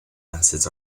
acids